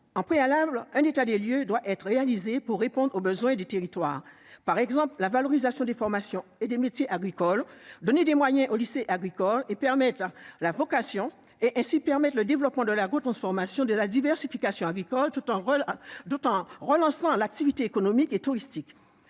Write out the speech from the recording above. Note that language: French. Au préalable, un état des lieux doit être organisé pour répondre aux besoins du territoire. Je pense à la valorisation des formations et des métiers agricoles, en donnant des moyens aux lycées agricoles, pour susciter des vocations et permettre le développement de l'agrotransformation et de la diversification agricole, tout en relançant l'activité économique et touristique.